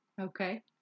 Okay